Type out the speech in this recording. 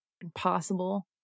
impossible